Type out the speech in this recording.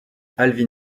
alvin